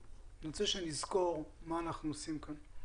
אני כבר 12 שנים בתחום הזה ואוטוטו מסיים את הדוקטורט.